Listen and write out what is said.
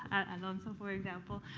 and alonso for example.